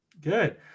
good